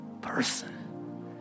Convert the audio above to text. person